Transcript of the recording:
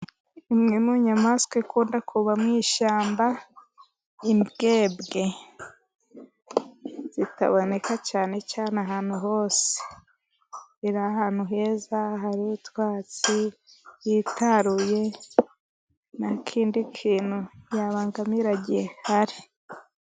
Imwe mu nyamaswa ikunda kuba mu ishyamba, imbwebwe, zitaboneka cyane cyane ahantu hose. Iri ahantu heza hari utwatsi, yitaruye, nta kindi kintu yabangamira gihari.